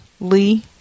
Lee